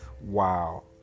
Wow